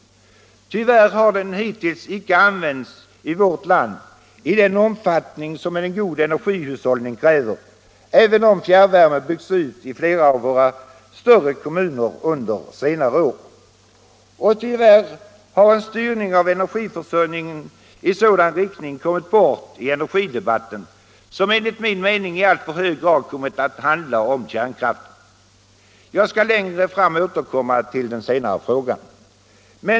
Tyvärr har den hittills icke använts i vårt land i den omfattning som en god energihushållning kräver, även om fjärrvärme byggts ut i flera av våra större kommuner under senare år. Tyvärr har frågan om en styrning av energiförsörjningen i sådan riktning kommit bort i energidebatten, som enligt min mening i alltför hög grad kommit att handla om kärnkraften. Jag skall längre fram återkomma till den senare frågan.